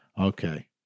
Okay